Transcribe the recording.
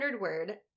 word